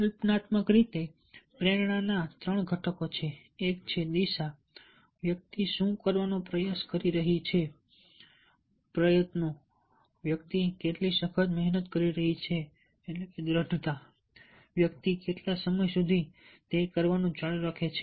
કલ્પનાત્મક રીતે પ્રેરણાના 3 ઘટકો છે એક દિશા છે વ્યક્તિ શું કરવાનો પ્રયાસ કરી રહી છે પ્રયત્નો વ્યક્તિ કેટલી સખત મહેનત કરી રહી છે દ્રઢતા વ્યક્તિ કેટલા સમય સુધી તે કરવાનું ચાલુ રાખે છે